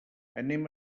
anem